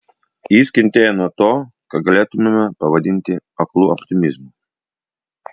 jis kentėjo nuo to ką galėtumėme pavadinti aklu optimizmu